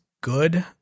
good